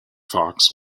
fox